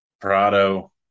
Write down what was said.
Prado